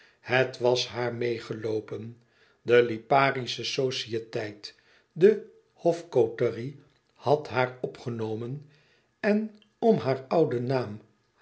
het was haar meêgeloopen de liparische sociéteit de hofcôterie had haar opgenomen en om haar ouden naam